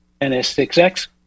NS6X